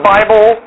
Bible